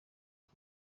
iki